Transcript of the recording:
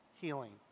healing